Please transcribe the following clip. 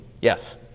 Yes